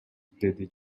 деди